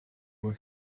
boy